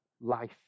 life